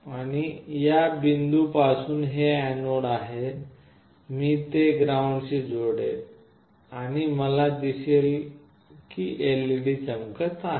आणि या बिंदूपासून हे एनोड आहे मी ते ग्राउंडशी जोडेन आणि मला दिसेल की LED चमकत आहे